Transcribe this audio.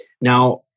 Now